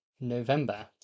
November